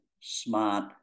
smart